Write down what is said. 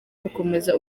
gukomeza